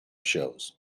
shows